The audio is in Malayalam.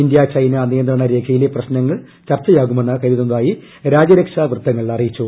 ഇന്ത്യാ ചൈന നിയന്ത്രണ രേഖയിലെ പ്രശ്നങ്ങൾ ചർച്ചയാകുമെന്ന് കരുതുന്നുതായി രാജ്യരക്ഷാ വൃത്തങ്ങൾ അറിയിച്ചു